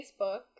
Facebook